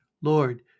Lord